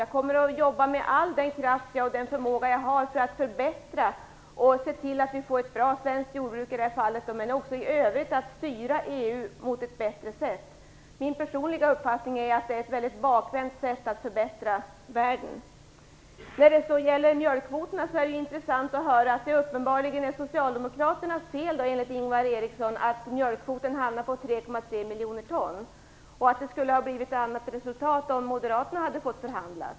Jag kommer att jobba med all den kraft och den förmåga jag har för att förbättra EU och se till att vi får ett bra svenskt jordbruk. Min personliga uppfattning är att det här är ett bakvänt sätt att förbättra världen på. Det var intressant att höra att Ingvar Eriksson menar att det är Socialdemokraternas fel att mjölkkvoten hamnade på 3,3 miljoner ton och att det skulle ha blivit ett annat resultat om Moderaterna hade fått förhandla.